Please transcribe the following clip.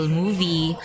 movie